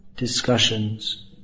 Discussions